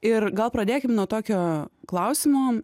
ir gal pradėkim nuo tokio klausimo